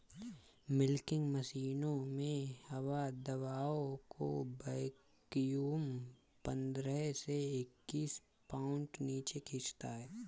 milking मशीनों में हवा दबाव को वैक्यूम पंद्रह से इक्कीस पाउंड नीचे खींचता है